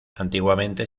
antiguamente